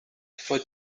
for